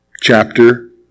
chapter